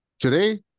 Today